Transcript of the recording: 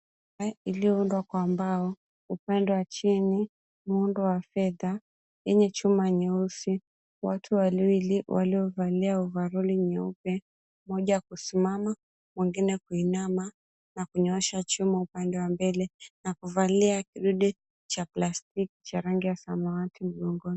Iliyoundwa kwa mbao, upande wa chini muundo wa fedha yenye chuma nyeusi, watu waliovalia wawili ovaroli nyeupe, mmoja kusimama, mwengine kuinama na kunyoosha chuma upande wa mbele na kuvalia kidude cha plastiki cha rangi ya samawati mgongoni.